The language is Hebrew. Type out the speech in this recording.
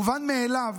מובן מאליו